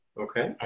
Okay